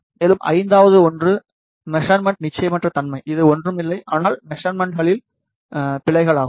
மேலும் ஐந்தாவது ஒன்று மெசர்மன்ட் நிச்சயமற்ற தன்மை இது ஒன்றுமில்லை ஆனால் மெசர்மன்ட்களில் பிழைகள் ஆகும்